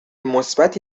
مثبتی